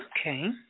Okay